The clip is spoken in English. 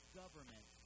government